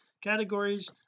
categories